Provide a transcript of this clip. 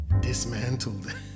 dismantled